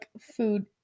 food